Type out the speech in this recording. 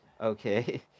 Okay